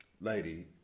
lady